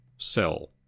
cell